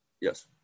Yes